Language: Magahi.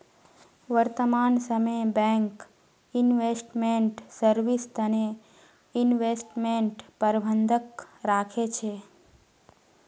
वर्तमान समयत बैंक इन्वेस्टमेंट सर्विस तने इन्वेस्टमेंट प्रबंधक राखे छे